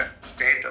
state